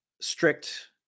strict